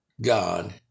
God